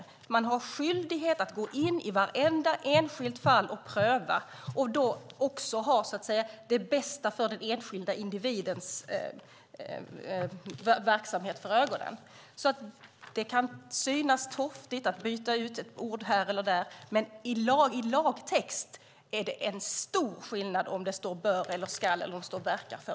De har en skyldighet att gå in i varje enskilt fall och pröva det. Då ska de ha det bästa för den enskilda individens verksamhet för ögonen. Det kan synas torftigt att byta ut ett ord här eller där. Men i lagtext är det en stor skillnad om det står "bör", "skall" eller "verka för".